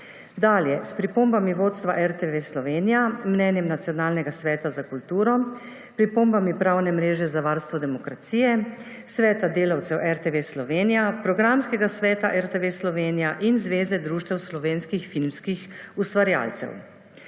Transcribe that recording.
šport, s pripombami vodstva RTV Slovenija, mnenjem Nacionalnega sveta za kulturo, pripombami Pravne mreže za varstvo demokracije, Sveta delavcev RTV Slovenija, Programskega sveta RTV Slovenija in Zveze društev slovenskih filmskih ustvarjalcev.